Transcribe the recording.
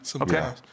Okay